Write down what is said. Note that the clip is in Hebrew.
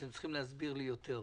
אתם צריכים להסביר לי יותר.